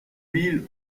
mille